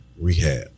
rehab